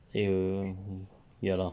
you ya lor